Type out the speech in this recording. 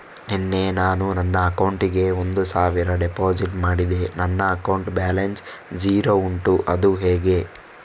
ನಿನ್ನೆ ನಾನು ನನ್ನ ಅಕೌಂಟಿಗೆ ಒಂದು ಸಾವಿರ ಡೆಪೋಸಿಟ್ ಮಾಡಿದೆ ನನ್ನ ಅಕೌಂಟ್ ಬ್ಯಾಲೆನ್ಸ್ ಝೀರೋ ಉಂಟು ಅದು ಹೇಗೆ?